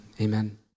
amen